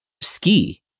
ski